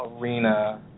arena